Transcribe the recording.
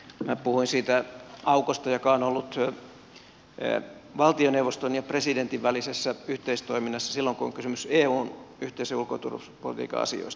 minä puhuin siitä aukosta joka on ollut valtioneuvoston ja presidentin välisessä yhteistoiminnassa silloin kun on kysymys eun yhteisen ulko ja turvallisuuspolitiikan asioista